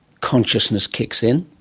consciousness kicks in?